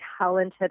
talented